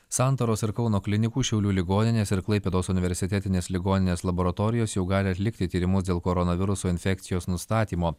santaros ir kauno klinikų šiaulių ligoninės ir klaipėdos universitetinės ligoninės laboratorijos jau gali atlikti tyrimus dėl koronaviruso infekcijos nustatymo